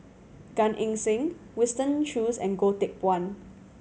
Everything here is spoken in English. Gan Eng Seng Winston Choos and Goh Teck Phuan